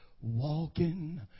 walking